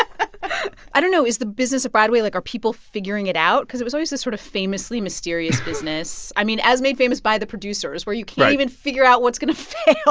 ah i don't know. is the business of broadway, like are people figuring it out? cause it was always this sort of famously mysterious business i mean, as made famous by the producers, where you. right. can't even figure out what's going to fail,